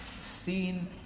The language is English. seen